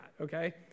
okay